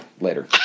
later